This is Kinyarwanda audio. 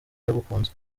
yagukunze